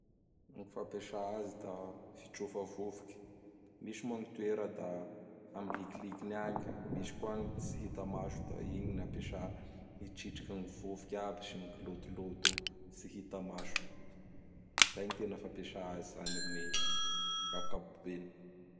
Gny fampiasa azy da fitrofa vovoky. Misy moa gny toera da amin' gny likilikiny agny ka. Misy koa gny tsy hita maso; da igny gny ampiasa hitritriky gny vovoky aby sy gny lotoloto tsy hita maso. Izay gny tena fampiasa azy izany amin'gny ankapobeny.